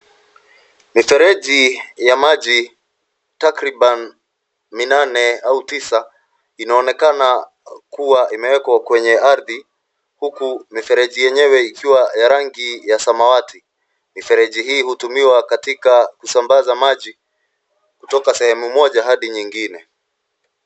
Mifereji ya maji takribani minane au tisa inaonekana kuwa imewekwa kwenye ardhi huku mifereji yenyewe ikiwa ya rangi ya samawati. Mifereji hii hutumiwa katika kusambaza maji kutoka sehemu moja hadi nyingine.